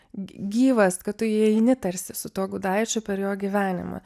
gyvas kad tu įeini tarsi su tuo gudaičiu per jo gyvenimą